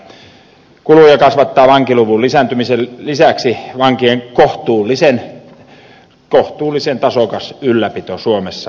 kuluja kasvattaa vankiluvun lisääntymisen lisäksi vankien kohtuullisen tasokas ylläpito suomessa